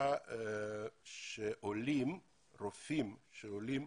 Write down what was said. לפיה רופאים שעולים